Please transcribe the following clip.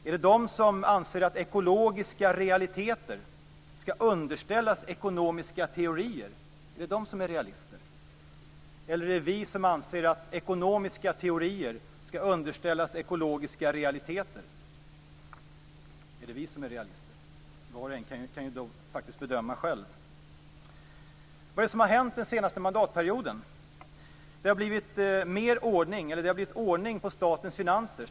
Är det de som anser att ekologiska realiteter skall underställas ekonomiska teorier som är realister, eller är det vi, som anser att ekonomiska teorier skall underställas ekologiska realiteter, som är realister? Var och en kan faktiskt själv bedöma. Vad är det som har hänt den senaste mandatperioden? För det första har det blivit ordning på statens finanser.